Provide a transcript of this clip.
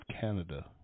Canada